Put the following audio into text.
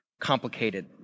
complicated